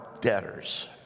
debtors